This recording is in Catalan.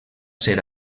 ser